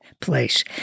place